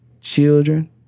children